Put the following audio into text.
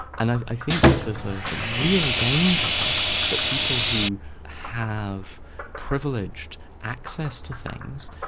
and i think that there's a real danger that people who have privileged access to things,